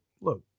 look